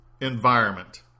environment